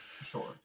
Sure